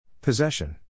Possession